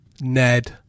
Ned